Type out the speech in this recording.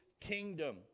kingdom